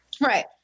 Right